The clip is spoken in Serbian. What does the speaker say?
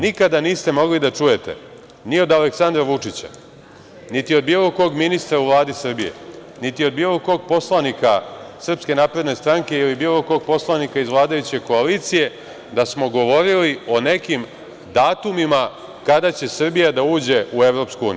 Nikada niste mogli da čujete ni od Aleksandra Vučića, niti od bilo kog ministra u Vladi Srbije, niti od bilo kog poslanika SNS ili bilo kog poslanika iz vladajuće koalicije da smo govorili o nekim datumima kada će Srbija da uđe u EU.